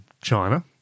China